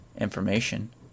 information